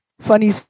funny